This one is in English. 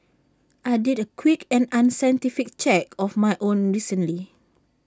I did A quick and unscientific check of my own recently